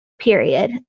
period